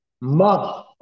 Mother